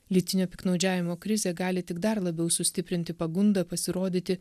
lytinio piktnaudžiavimo krizė gali tik dar labiau sustiprinti pagundą pasirodyti